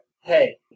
Hey